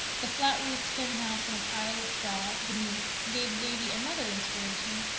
the flat-roofed henhouse and a pile of straw beneath gave davy another inspiration.